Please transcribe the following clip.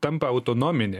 tampa autonominė